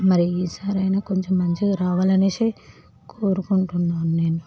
మరి ఈ సారైనా కొంచెం మంచిగా రావాలనేసి కోరుకుంటున్నాను నేను